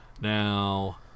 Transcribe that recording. Now